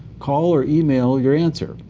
call or email your answer,